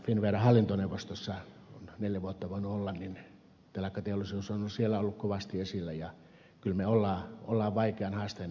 finnveran hallintoneuvostossa kun olen siellä neljä vuotta voinut olla telakkateollisuus on ollut kovasti esillä ja kyllä me olemme vaikean haasteen edessä